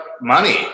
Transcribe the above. money